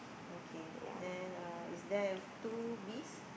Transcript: okay then uh is there two bees